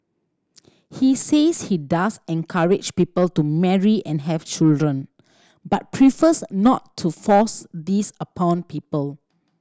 he says he does encourage people to marry and have children but prefers not to force this upon people